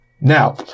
Now